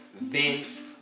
Vince